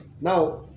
Now